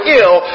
ill